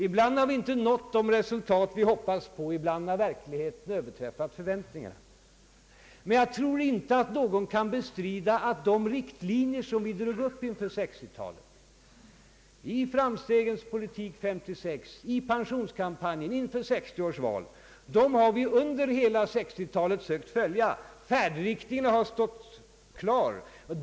Ibland har vi inte nått de resultat som vi hoppats på, ibland har verkligheten överträffat förväntningarna. Men jag tror inte att någon kan bestrida att de riktlinjer som vi drog upp inför 1960-talet, i framstegens politik år 1956, i pensionskampanjen inför 1960 års val, har vi under hela 1960-talet sökt följa. Färdriktningen har stått klar.